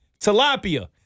Tilapia